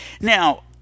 Now